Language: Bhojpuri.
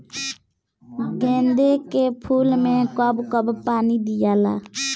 गेंदे के फूल मे कब कब पानी दियाला?